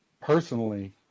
personally